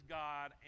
god